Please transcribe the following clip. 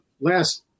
last